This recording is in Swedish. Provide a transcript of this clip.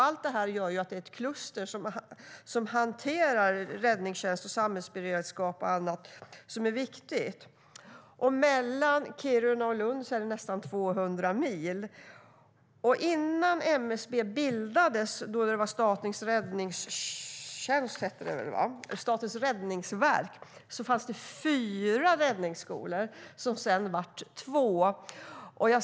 Allt detta är ett kluster som hanterar räddningstjänst, samhällsberedskap och annat viktigt. Mellan Kiruna och Lund är det nästan 200 mil. Och innan MSB bildades, då det var Statens räddningsverk, fanns det fyra räddningsskolor som sedan blev två.